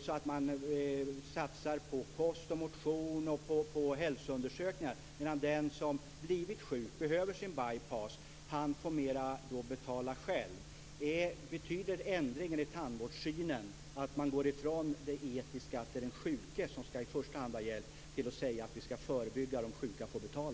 så att vi satsar på kost, motion och hälsoundersökningar medan den som blivit sjuk och behöver by pass själv får betala i större utsträckning? Betyder ändringen i tandvårdssynen att man går från det etiska att det är den sjuke som i första hand skall ha hjälp till att säga att vi skall förebygga och de sjuka får betala?